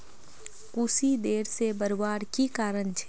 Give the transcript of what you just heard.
कुशी देर से बढ़वार की कारण छे?